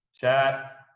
chat